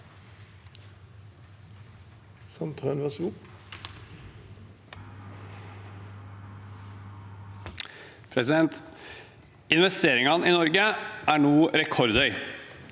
Investerin- gene i Norge er nå rekordhøye,